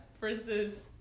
versus